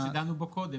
איפה שדנו בו קודם,